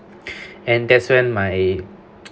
and that's when my